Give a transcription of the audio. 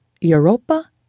Europa